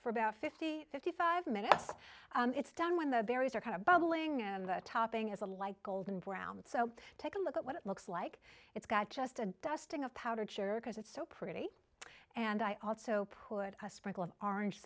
for about fifty fifty five minutes it's done when the berries are kind of bubbling and the topping is a light golden brown so take a look at what it looks like it's got just a dusting of powdered sugar because it's so pretty and i also put a sprinkle of orange